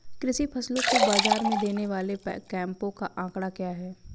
कृषि फसलों को बाज़ार में देने वाले कैंपों का आंकड़ा क्या है?